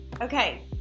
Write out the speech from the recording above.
okay